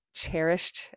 cherished